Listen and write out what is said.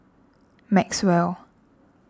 maxwell